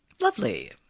Lovely